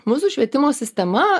mūsų švietimo sistema